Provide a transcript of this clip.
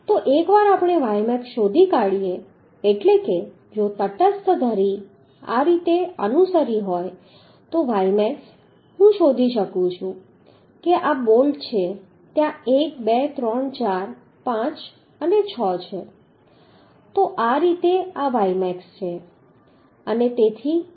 તો એકવાર આપણે ymax શોધી કાઢીએ એટલે કે જો તટસ્થ ધરી આ રીતે અનુસરી રહી હોય તો ymax હું શોધી શકું છું કે આ બોલ્ટ છે ત્યાં 1 2 3 4 5 અને 6 છે તો આ રીતે આ ymax છે